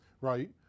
right